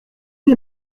des